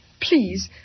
please